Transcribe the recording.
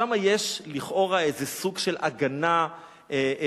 שם יש לכאורה איזה סוג של הגנה טבעית.